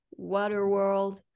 Waterworld